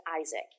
Isaac